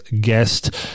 guest